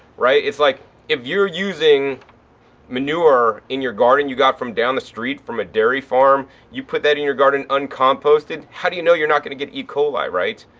right. it's like if you're using manure in your garden you got from down the street from a dairy farm, you put that in your garden uncomposted, how do you know you're not going to get e coli, right?